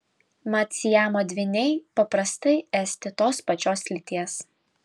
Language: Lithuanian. mat siamo dvyniai paprastai esti tos pačios lyties